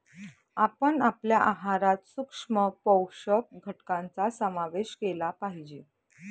आपण आपल्या आहारात सूक्ष्म पोषक घटकांचा समावेश केला पाहिजे